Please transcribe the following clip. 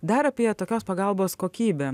dar apie tokios pagalbos kokybę